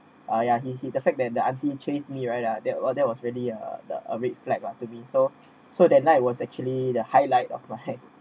and ya the the fact that the aunty chased me right are there that was really a the a red flag lah to me so so that night was actually the highlight of my night